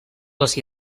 les